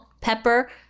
pepper